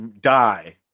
die